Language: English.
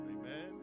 Amen